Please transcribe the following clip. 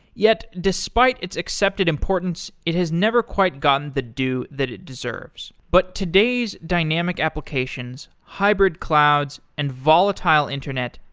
yet, despite its accepted importance, it has never quite gotten the due that it deserves. but today's dynamic applications, hybrid clouds and volatile internet,